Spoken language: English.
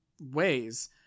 ways